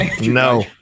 no